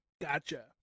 Gotcha